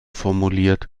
formuliert